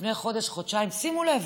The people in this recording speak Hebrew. לפני חודש-חודשיים, שימו לב,